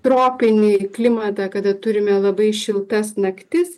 tropinį klimatą kada turime labai šiltas naktis